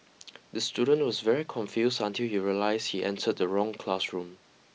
the student was very confused until he realised he entered the wrong classroom